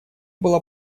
была